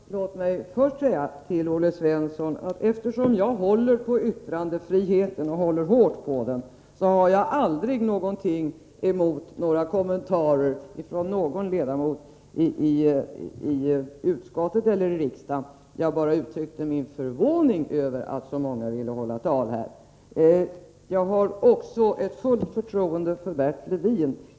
Fru talman! Låt mig först säga till Olle Svensson, att eftersom jag håller på yttrandefriheten — och håller hårt på den — så har jag aldrig någonting emot kommentarer från någon ledamot i utskottet eller i riksdagen. Jag bara uttryckte min förvåning över att så mänga ville hälla tal här. Jag har också fullt förtroende för Bert Levin.